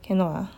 cannot ah